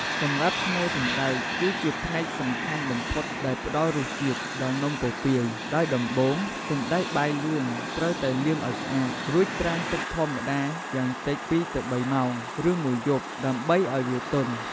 សម្រាប់់ស្នូលសណ្តែក គឺជាផ្នែកសំខាន់បំផុតដែលផ្តល់រសជាតិ ដល់នំពពាយ ដោយដំបូង សណ្ដែកបាយលឿង ត្រូវតែលាងឲ្យស្អាត រួចត្រាំទឹកធម្មតាយ៉ាងតិច ២-៣ ម៉ោង ឬមួយយប់ដើម្បីឲ្យវាទន់។។